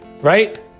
right